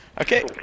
Okay